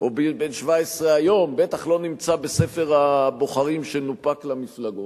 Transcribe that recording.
או בן 17 היום בטח לא נמצא בספר הבוחרים שנופק למפלגות,